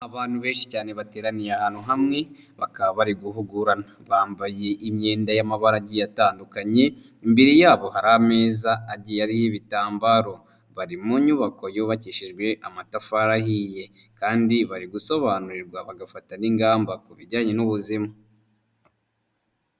Abantu benshi cyane bateraniye ahantu hamwe bakaba bari guhugurana. bambaye imyenda y'amabara agiye atandukanye, imbere yabo hari ameza agiye ariho ibitambaro, bari mu nyubako yubakishijwe amatafari ahiye kandi bari gusobanurirwa bagafata n'ingamba ku bijyanye n'ubuzima.